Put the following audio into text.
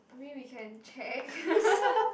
I mean we can check